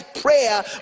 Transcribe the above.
prayer